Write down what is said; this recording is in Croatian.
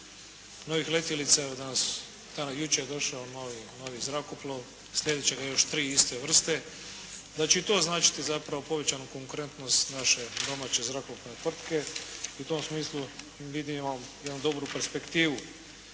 novih letjelica. Evo jučer je došao novi zrakoplov. Slijedit će ga još tri iste vrste, da će i to značiti zapravo povećanu konkurentnost naše domaće zrakoplovne tvrtke i u tom smislu vidimo jednu dobru perspektivu.